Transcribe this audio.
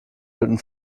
alten